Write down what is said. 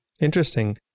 Interesting